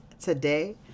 today